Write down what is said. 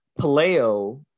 paleo